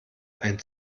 ein